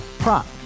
Prop